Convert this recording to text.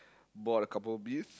bought a couple of beers